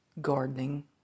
gardening